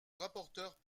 rapporteur